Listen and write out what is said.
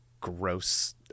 gross